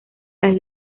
las